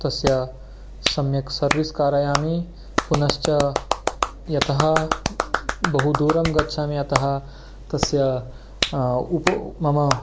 तस्य सम्यक् सर्वीस् कारयामि पुनश्च यतः बहुदूरं गच्छामि अतः तस्य उप मम